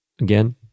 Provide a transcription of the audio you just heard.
Again